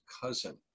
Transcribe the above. cousin